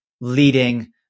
leading